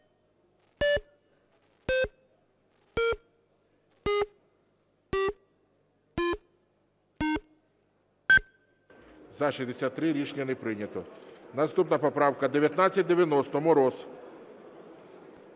За-63 Рішення не прийнято. Наступна поправка 1990, Мороз.